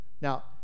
Now